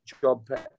job